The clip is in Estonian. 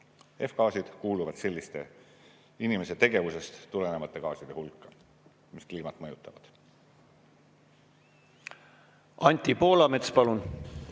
F-gaasid kuuluvad selliste inimeste tegevusest tulenevate gaaside hulka, mis kliimat mõjutavad.